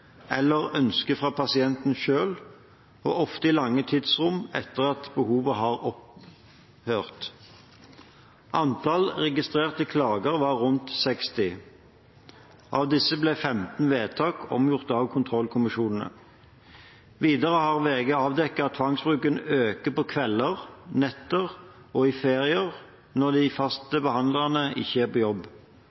eller etter ønske fra pasienten selv, og ofte i lange tidsrom etter at behovet har opphørt. Antall registrerte klager var rundt 60. Av disse ble 15 vedtak omgjort av kontrollkommisjonene. Videre har VG avdekket at tvangsbruken øker på kvelder, netter og i ferier når de faste behandlerne ikke er på jobb.